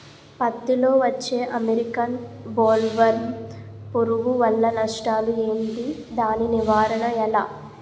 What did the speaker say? పత్తి లో వచ్చే అమెరికన్ బోల్వర్మ్ పురుగు వల్ల నష్టాలు ఏంటి? దాని నివారణ ఎలా?